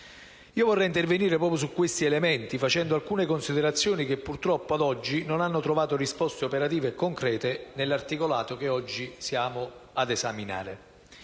Vorrei intervenire proprio su questi elementi, facendo alcune considerazioni che, purtroppo, ad oggi non hanno trovato risposte operative e concrete nell'articolato che stiamo esaminando.